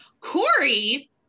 Corey